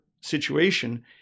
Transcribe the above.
situation